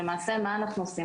כי למעשה מה אנחנו עושים?